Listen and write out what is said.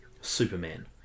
Superman